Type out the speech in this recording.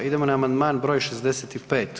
Idemo na Amandman broj 65.